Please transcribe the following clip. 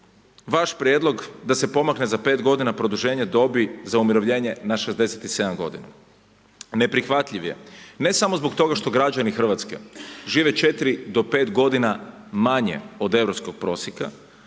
vaš prijedlog da se pomakne za 5 g. produženje dobi za umirovljenje na 67 godina. Neprihvatljiv je ne samo zbog toga što građani Hrvatske žive 4 do 5 godina manje od europskog prosjeka,